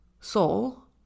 soul